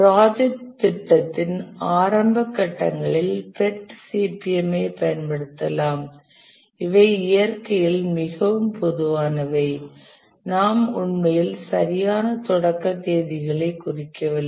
project திட்டத்தின் ஆரம்ப கட்டங்களில் PERT CPM ஐ பயன்படுத்தலாம் இவை இயற்கையில் மிகவும் பொதுவானவை நாம் உண்மையில் சரியான தொடக்க தேதிகளை குறிக்கவில்லை